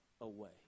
away